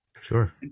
Sure